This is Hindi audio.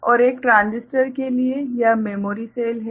और एक ट्रांजिस्टर के लिए यह मेमोरी सेल है